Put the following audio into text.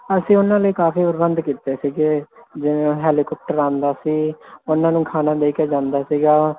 ਅਸੀਂ ਉਹਨਾਂ ਲਈ ਕਾਫ਼ੀ ਪ੍ਰਬੰਧ ਕੀਤੇ ਸੀਗੇ ਜਿਵੇਂ ਹੈਲੀਕਾਪਟਰ ਆਉਂਦਾ ਸੀ ਉਹਨਾਂ ਨੂੰ ਖਾਣਾ ਦੇ ਕੇ ਜਾਂਦਾ ਸੀਗਾ